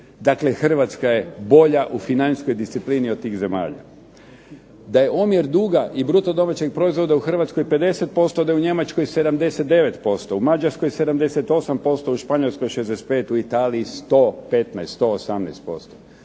Dakle Hrvatska je bolja u financijskoj disciplini od tih zemalja. Da je omjer duga i bruto domaćeg proizvoda u Hrvatskoj 50%, da je u Njemačkoj 79%, u Mađarskoj 78%, u Španjolskoj 65, u Italiji 115, 118%.